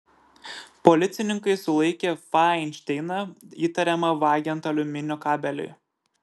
policininkai sulaikė fainšteiną įtariamą vagiant aliuminio kabelį